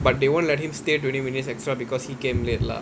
but they won't let him stay twenty minutes extra because he came late lah